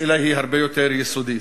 השאלה היא הרבה יותר יסודית.